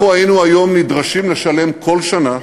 אנחנו היינו היום נדרשים לשלם כל שנה,